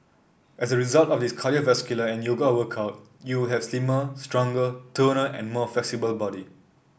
as a result of this cardiovascular and yoga workout you will have a slimmer stronger toner and more flexible body